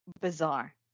bizarre